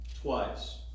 twice